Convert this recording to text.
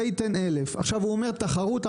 זה ייתן 1,000. אומרים תחרות,